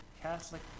Catholic